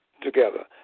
together